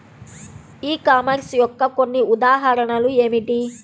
E commerce యొక్క కొన్ని ఉదాహరణలు ఏమిటి?